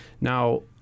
Now